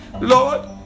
Lord